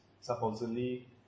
supposedly